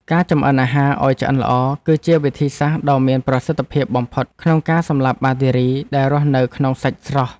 ការចម្អិនអាហារឱ្យឆ្អិនល្អ គឺជាវិធីសាស្ត្រដ៏មានប្រសិទ្ធភាពបំផុតក្នុងការសម្លាប់បាក់តេរីដែលរស់នៅក្នុងសាច់ស្រស់។